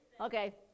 Okay